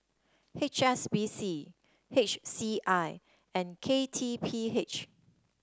H S B C H C I and K T P H